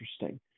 interesting